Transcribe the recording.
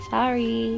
Sorry